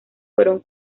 fueron